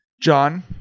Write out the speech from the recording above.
John